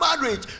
marriage